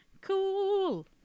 Cool